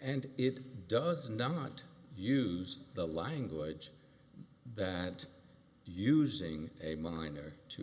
and it does not use the language that using a minor to